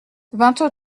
vingt